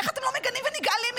איך אתם לא מגנים ונגעלים מזה?